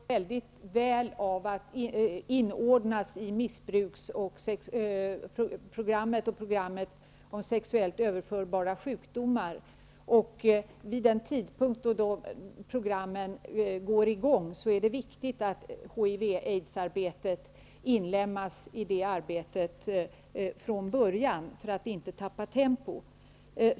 Fru talman! Aidsarbetet mår väl av att inordnas i missbrukarprogrammet och programmet om sexuellt överförbara sjukdomar. Då programmen går i gång är det viktigt att HIV/aids-arbetet inlemmas i arbetet från början för att inte tappa tempo.